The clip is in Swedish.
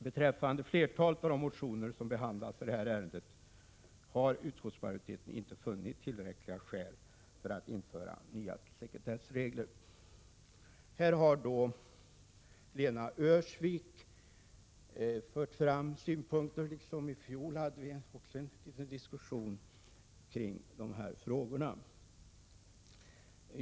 Beträffande flertalet av de motioner som behandlats i det här ärendet har utskottsmajoriteten inte funnit tillräckliga skäl för att införa nya sekretess Lena Öhrsvik har här framfört synpunkter beträffande en av henne väckt motion. Äveni fjol hade vi en liten diskussion kring de frågor som behandlas i motionen.